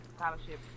Scholarship